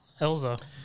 Elza